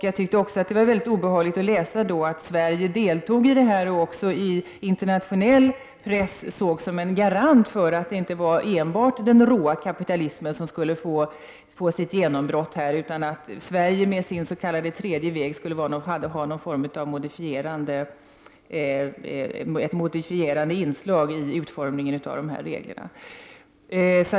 Jag tyckte också att det var mycket obehagligt att läsa att Sverige deltog i detta och i internationell press sågs som en garant för att inte enbart den råa kapitalismen här skulle få sitt genombrott — Sverige med sin s.k. tredje väg skulle vara ett modifierande inslag vid utformningen av reglerna.